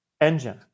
engine